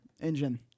engine